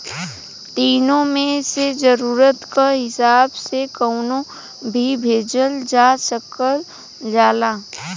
तीनो मे से जरुरत क हिसाब से कउनो भी भेजल जा सकल जाला